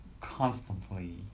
constantly